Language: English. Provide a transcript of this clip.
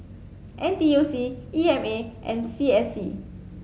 N T U C E M A and C S C